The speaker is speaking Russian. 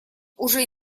уже